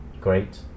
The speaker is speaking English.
Great